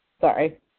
sorry